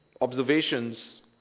observations